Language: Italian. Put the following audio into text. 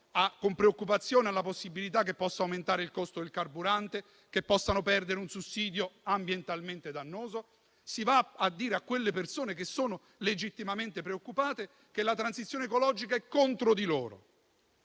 con preoccupazione alla possibilità che possa aumentare il costo del carburante, che possano perdere un sussidio anche se ambientalmente dannoso. Si va a dire a quelle persone, che sono legittimamente preoccupate, che la transizione ecologica è contro di loro.